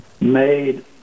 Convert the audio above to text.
made